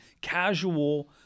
casual